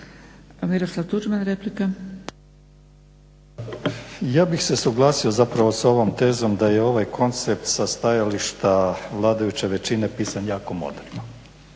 Miroslav (HDZ)** Ja bih se suglasio zapravo sa ovom tezom da je ovaj koncept sa stajališta vladajuće većine pisan jako moderno.